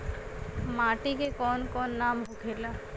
माटी के कौन कौन नाम होखेला?